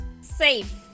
safe